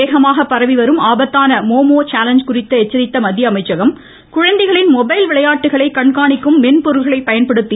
வேகமாக பரவிவரும் ஆபத்தான மோமோ சேலஞ்ச் குறித்து எச்சரித்த மத்திய அமைச்சகம் குழந்தைகளின் மொபைல் விளையாட்டுகளை கண்காணிக்கும் மென்பொருள்களை பயன்படுத்தி